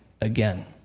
again